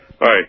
Hi